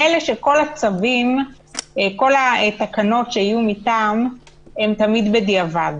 מילא שכל התקנות שיהיו מטעם הן תמיד בדיעבד,